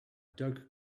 doug